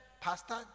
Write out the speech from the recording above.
pastor